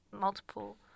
multiple